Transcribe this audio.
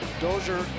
Dozier